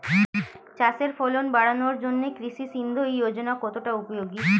চাষের ফলন বাড়ানোর জন্য কৃষি সিঞ্চয়ী যোজনা কতটা উপযোগী?